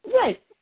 Right